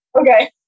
Okay